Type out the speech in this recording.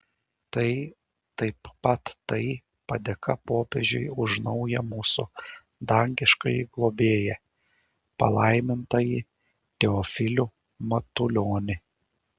tai taip pat tai padėka popiežiui už naują mūsų dangiškąjį globėją palaimintąjį teofilių matulionį